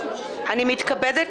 אני מתכבדת